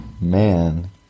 Man